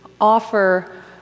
offer